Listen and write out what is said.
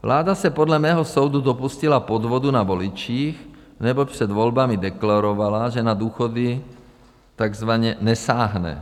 Vláda se podle mého soudu dopustila podvodu na voličích, neboť před volbami deklarovala, že na důchody takzvaně nesáhne.